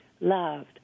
loved